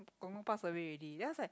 Gong Gong pass away already then I was like